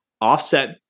offset